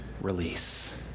release